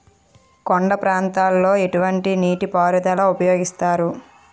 కొండ ప్రాంతాల్లో ఎటువంటి నీటి పారుదల ఉపయోగిస్తారు?